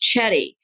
Chetty